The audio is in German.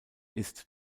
ist